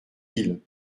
ils